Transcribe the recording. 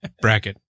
Bracket